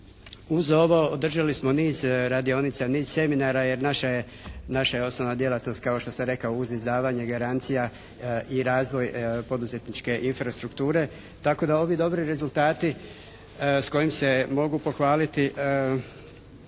Uz ovo održali smo niz radionica, niz seminara jer naša je osnovna djelatnost kao što sam rekao uz izdavanje garancija i razvoj poduzetničke infrastrukture, tako da ovi dobri rezultati s kojim se mogu pohvaliti